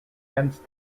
hence